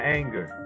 anger